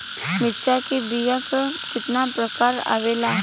मिर्चा के बीया क कितना प्रकार आवेला?